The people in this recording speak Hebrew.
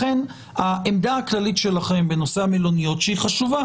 לכן העמדה הכללית שלכם בנושא המלוניות, שהיא חשובה